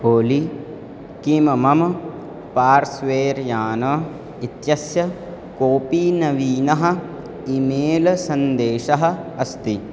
ओली किं मम पार्श्वे यानम् इत्यस्य कोपि नवीनः ईमेल् सन्देशः अस्ति